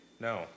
No